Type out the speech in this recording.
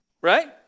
right